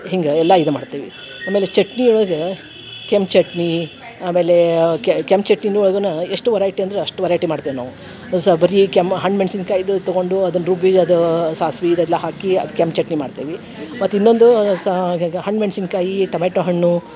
ಹಿಂಗೆ ಎಲ್ಲ ಇದು ಮಾಡ್ತೇವೆ ಆಮೇಲೆ ಚಟ್ನಿ ಒಳಗೆ ಕೆಂಪು ಚಟ್ನಿ ಆಮೇಲೆ ಕೆಂಪು ಚಟ್ನಿ ಒಳ್ಗೂ ಎಷ್ಟು ವರೈಟಿ ಅಂದ್ರೆ ಅಷ್ಟು ವರೈಟಿ ಮಾಡ್ತೇವೆ ನಾವು ಸ ಬರೀ ಕೆಮ್ಮ ಹಣ್ಣು ಮೆಣ್ಸಿನಕಾಯಿದು ತೊಗೊಂಡು ಅದನ್ನು ರುಬ್ಬಿ ಅದು ಸಾಸ್ವೆ ಇದೆಲ್ಲ ಹಾಕಿ ಅದು ಕೆಂಪು ಚಟ್ನಿ ಮಾಡ್ತೇವೆ ಮತ್ತು ಇನ್ನೊಂದು ಸಾ ಹಣ್ಣು ಮೆಣ್ಸಿನಕಾಯಿ ಟೊಮೆಟೊ ಹಣ್ಣು